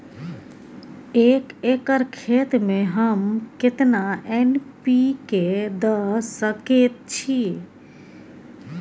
एक एकर खेत में हम केतना एन.पी.के द सकेत छी?